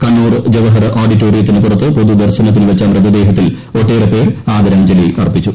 കണ്ണൂർ ജവഹർ ഓഡിറ്റോറിയത്തിന് പുറത്ത് പൊതുദർശനത്തിന് വെച്ച മൃതദേഹത്തിൽ ഒട്ടേറെ പേർ ആദരാഞ്ജലി അർപ്പിച്ചു